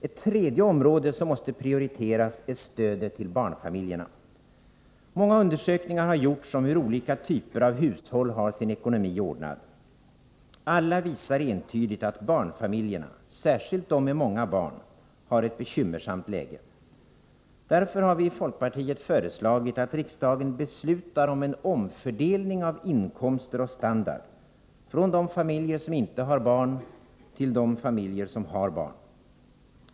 Ett tredje område som måste prioriteras är stödet till barnfamiljerna. Många undersökningar har gjorts om hur olika typer av hushåll har sin ekonomi ordnad. Alla visar entydigt att barnfamiljerna, speciellt de med många barn, har ett mycket bekymmersamt läge. Därför har vi i folkpartiet föreslagit att riksdagen beslutar om en omfördelning av inkomster och standard, från de familjer som inte har barn till de familjer som har barn.